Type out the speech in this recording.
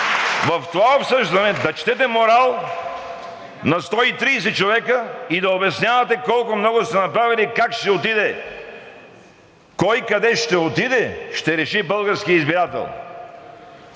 в това обсъждане да четете морал на 130 човека и да обяснявате колко много сте направили и как ще си отиде? Кой къде ще отиде ще реши българският избирател